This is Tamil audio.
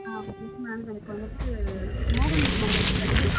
ஆ யெஸ் மேம் எனக்கு வந்துவிட்டு மோகன் மொபைல்ஸ் தானே மேம்